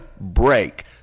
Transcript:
break